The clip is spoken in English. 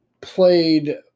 played